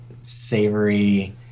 savory